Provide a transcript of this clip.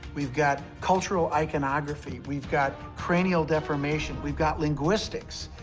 we've got cultural iconography. we've got cranial deformation. we've got linguistics.